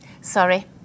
Sorry